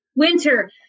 Winter